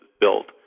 built